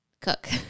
Cook